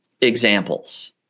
examples